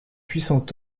puissant